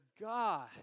God